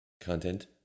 content